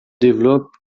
développe